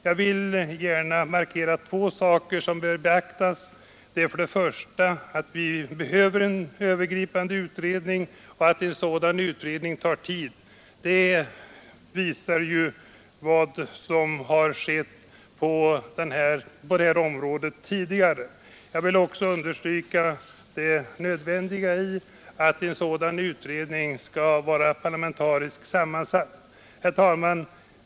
Jag vill markera två ker som bör beaktas i detta sammanhang. För det första vill jag framhålla att vi behöver en övergripande utredning. Att en sådan utredning tar tid visar ju vad som tidigare har förekommit på detta område. För det andra vill jag oc understryka det nödvändiga i att en sådan utredning är parlamentariskt sammansatt. Herr talman!